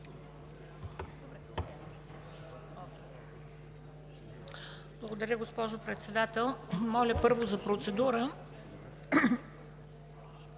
Благодаря Ви, госпожо Председател. Моля, първо, за процедура